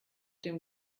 dem